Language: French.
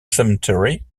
cemetery